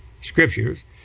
scriptures